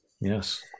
Yes